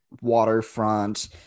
waterfront